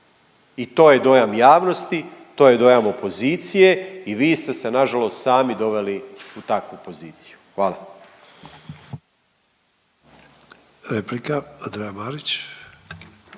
I to je dojam javnosti, to je dojam opozicije i vi ste se nažalost sami doveli u takvu poziciju. Hvala. **Sanader,